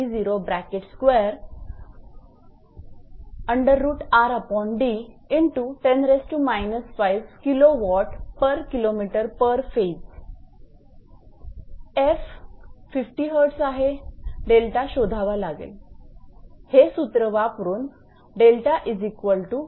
𝑓 50 𝐻𝑧 आहे 𝛿 शोधावा लागेल हे सूत्र वापरून 𝛿0